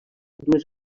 dues